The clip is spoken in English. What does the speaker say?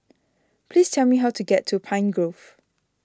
please tell me how to get to Pine Grove